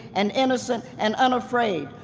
and innocent, and unafraid.